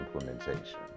implementation